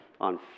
on